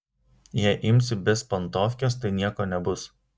jei imsi bezpantovkes tai nieko nebus